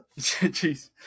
Jeez